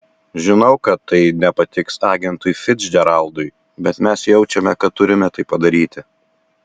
žinau kad tai nepatiks agentui ficdžeraldui bet mes jaučiame kad turime tai padaryti